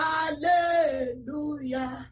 Hallelujah